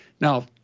Now